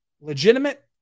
legitimate